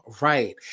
Right